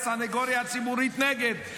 הסניגוריה הציבורית נגד,